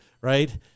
Right